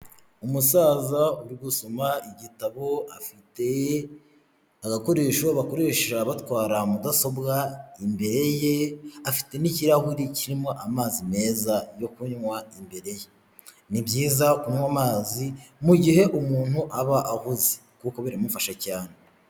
Umusaza uri gusoma igitabo afite agakoresho bakoresha batwara mudasobwa imbere ye, afite n'ikirahuri kirimo amazi meza yo kunywa imbere ye, ni byiza kunywa amazi mu gihe umuntu aba ahuze kuko biramufasha cyane.